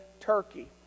Turkey